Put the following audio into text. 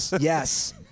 yes